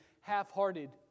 half-hearted